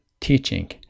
teaching